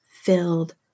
Filled